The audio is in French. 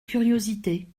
curiosité